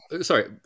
Sorry